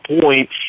point